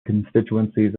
constituencies